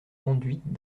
conduites